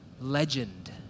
legend